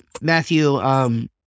Matthew